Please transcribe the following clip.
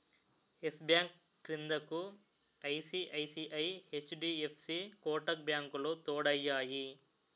yes Bank క్రిందకు ICICI, HDFC Kotak బ్యాంకులు తోడయ్యాయి